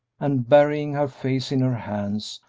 and burying her face in her hands,